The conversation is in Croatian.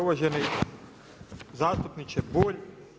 Uvaženi zastupniče Bulj.